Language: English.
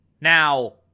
Now